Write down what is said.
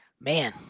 man